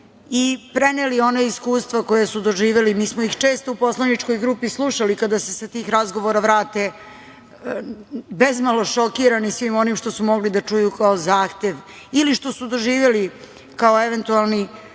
i preneli ona iskustva koja su doživeli. Mi smo ih često u poslaničkoj grupi slušali kada se sa tih razgovora vrate bezmalo šokirani sa svim onim što su mogli da čuju kao zahtev ili što su doživeli kao eventualni